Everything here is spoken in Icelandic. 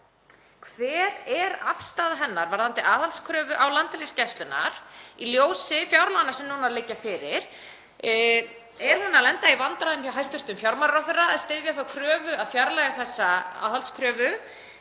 Hver er afstaða hennar varðandi aðhaldskröfu á Landhelgisgæsluna í ljósi fjárlaganna sem núna liggja fyrir? Er hún að lenda í vandræðum hjá hæstv. fjármálaráðherra fyrir að styðja þá kröfu að fjarlægja þessa aðhaldskröfu?